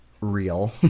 real